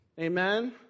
Amen